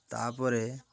ତା'ପରେ